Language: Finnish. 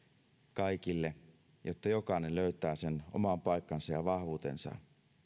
kaikille jotta jokainen löytää oman paikkansa ja vahvuutensa